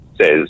says